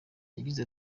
yagize